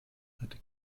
hatte